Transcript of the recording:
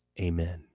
Amen